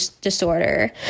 disorder